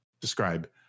describe